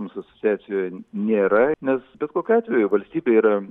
mūsų asociacijoje nėra nes bet kokiu atveju valstybė yra